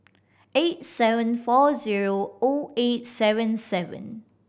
eight seven four zero O eight seven seven